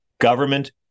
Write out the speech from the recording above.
government